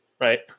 Right